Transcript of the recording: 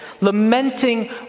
lamenting